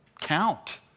count